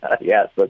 Yes